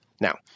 Now